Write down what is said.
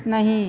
नहीं